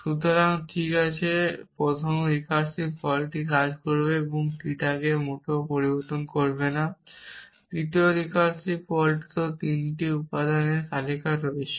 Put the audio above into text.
সুতরাং এটি ঠিক আছে তাই প্রথম রিকার্সিভ কলটি কাজ করবে এবং এটি থিটাকে মোটেও পরিবর্তন করবে না দ্বিতীয় রিকার্সিভ কলটিতে 3টি উপাদানের তালিকা রয়েছে